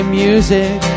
music